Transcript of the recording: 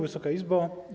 Wysoka Izbo!